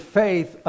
faith